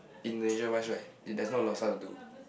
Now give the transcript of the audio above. Indonesia wise right there's not a lot of stuff to do